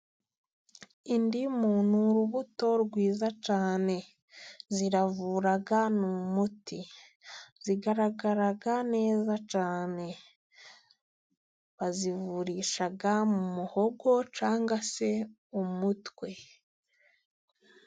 Indimu urubuto rwiza cyane. Ziravura ni umuti zagaragara neza cyane. Bazivurisha mu muhogo cyangwa se umutwe.